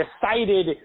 decided